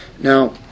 Now